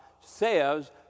says